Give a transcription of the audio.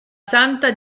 santa